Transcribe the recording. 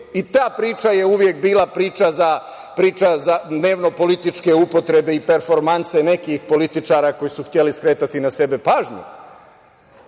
i ta priča je uvek bila priča za dnevnopolitičke upotrebe i performanse nekih političara koji su hteli skretati na sebe pažnju,